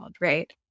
right